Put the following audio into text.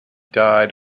died